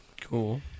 Cool